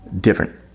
Different